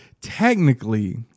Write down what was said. technically